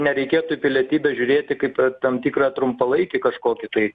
nereikėtų į pilietybę žiūrėti kaip ir tam tikrą trumpalaikį kažkokį tai